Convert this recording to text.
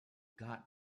got